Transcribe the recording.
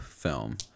film